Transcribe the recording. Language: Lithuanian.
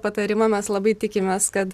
patarimą mes labai tikimės kad